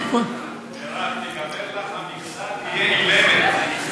מירב, תיגמר לך המכסה, תהיי אילמת.